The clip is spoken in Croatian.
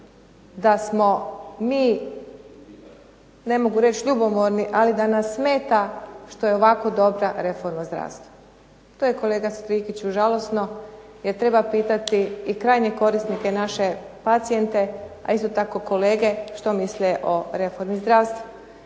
da smo mi ne mogu reći ljubomorni, ali da nas smeta što je ovako dobra reforma zdravstva. To je kolega Strikiću žalosno jer treba pitati i krajnje korisnike, naše pacijente, a isto tako kolege što misle o reformi zdravstva.